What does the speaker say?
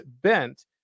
bent